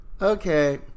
Okay